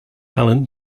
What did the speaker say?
allen